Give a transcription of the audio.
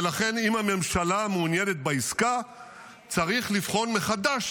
ולכן אם הממשלה מעוניינת בעסקה צריך לבחון מחדש